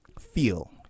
feel